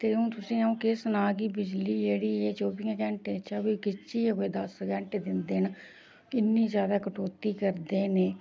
ते हून तुसेंगी अ'ऊं केह् सनां कि बिजली जेह्ड़ी एह् चौबियें घैंटे चा बी खिच्चियै कोई दस घैंटे दिंदे न इन्नी ज्यादा कटौती करदे न एह्